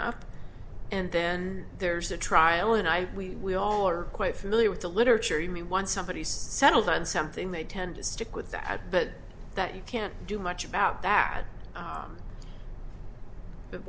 up and then there's a trial and i we we all are quite familiar with the literature you mean once somebody is settled on something they tend to stick with that but that you can't do much about that